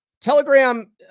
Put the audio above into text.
Telegram